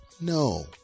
No